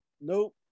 Nope